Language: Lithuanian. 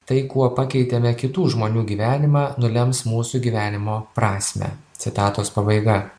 tai kuo pakeitėme kitų žmonių gyvenimą nulems mūsų gyvenimo prasmę citatos pabaiga